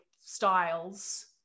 styles